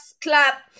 clap